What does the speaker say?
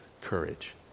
courage